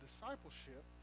discipleship